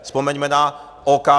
Vzpomeňme na OKD.